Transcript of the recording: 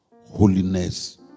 holiness